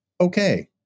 okay